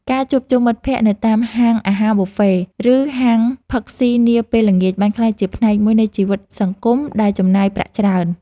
ការជួបជុំមិត្តភក្តិនៅតាមហាងអាហារប៊ូហ្វេ ឬហាងផឹកស៊ីនាពេលល្ងាចបានក្លាយជាផ្នែកមួយនៃជីវិតសង្គមដែលចំណាយប្រាក់ច្រើន។